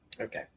Okay